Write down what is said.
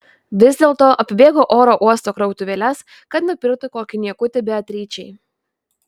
vis dėlto apibėgo oro uosto krautuvėles kad nupirktų kokį niekutį beatričei